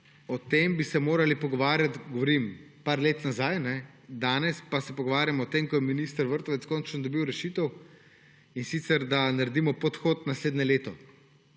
O tem bi se morali pogovarjati, govorim, nekaj let nazaj, danes pa se pogovarjamo o tem, ko je minister Vrtovec končno dobil rešitev, in sicer da naredimo podhod naslednje leto,